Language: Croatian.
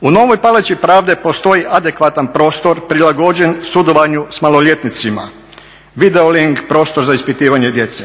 U novoj palači pravde postoji adekvatan prostor prilagođen sudovanju s maloljetnicima, video link, prostor za ispitivanje djece.